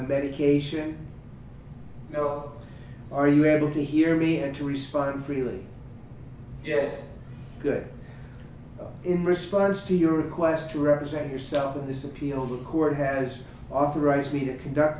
medication well are you able to hear me and to respond freely yes good in response to your request to represent yourself in this appeal the court has authorized me to conduct